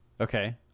Okay